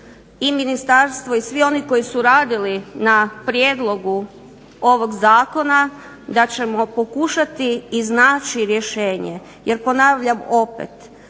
i ministarstvo i svi oni koji su radili na prijedlogu ovog zakona, da ćemo pokušati iznaći rješenje. Jer ponavljam opet,